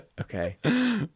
Okay